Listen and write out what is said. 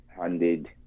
handed